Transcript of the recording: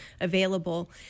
available